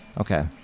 okay